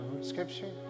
scripture